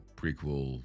prequel